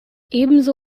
ebenso